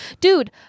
dude